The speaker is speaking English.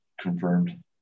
confirmed